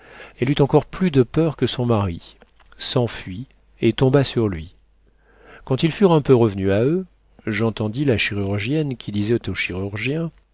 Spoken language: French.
elle eut encore plus de peur que son mari s'enfuit et tomba sur lui quand ils furent un peu revenus à eux j'entendis la chirurgienne qui disait